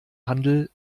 handel